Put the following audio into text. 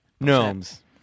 Gnomes